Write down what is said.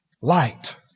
Light